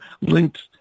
linked